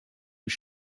was